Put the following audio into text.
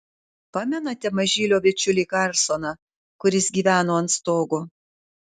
pamenate mažylio bičiulį karlsoną kuris gyveno ant stogo